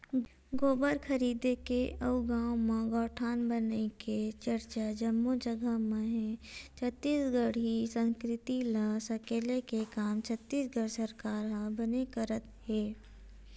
गोबर खरीदे के अउ गाँव म गौठान बनई के चरचा जम्मो जगा म हे छत्तीसगढ़ी संस्कृति ल सकेले के काम छत्तीसगढ़ सरकार ह बने करत हे